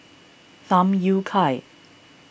Tham Yui Kai